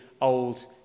Old